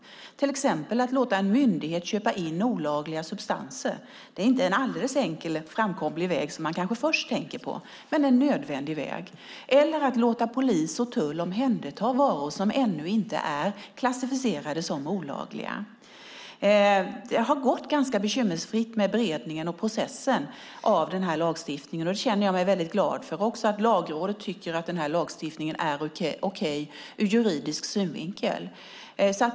Det gäller till exempel att låta en myndighet köpa in olagliga substanser. Det är inte den alldeles enkla och framkomliga väg som man kanske först tänker på, men det är en nödvändig väg. Det gäller också att låta polis och tull omhänderta varor som ännu inte är klassificerade som olagliga. Beredningen och processen när det gäller den här lagstiftningen har gått ganska bekymmersfritt. Jag känner mig väldigt glad för att Lagrådet tycker att den här lagstiftningen är okej ur juridisk synvinkel.